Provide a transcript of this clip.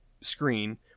screen